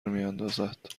میاندازد